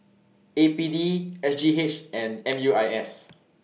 A P D S G H and M U I S